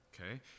Okay